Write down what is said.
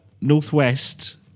Northwest